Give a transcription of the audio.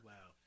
Wow